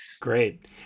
Great